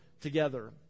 together